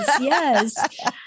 yes